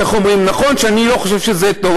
נכון שאני לא חושב שזה טוב,